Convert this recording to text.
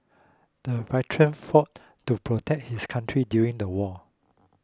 the veteran fought to protect his country during the war